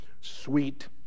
sweet